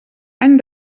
any